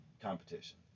competition